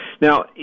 Now